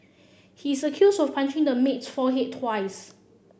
he is accused of punching the maid's forehead twice